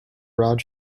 broad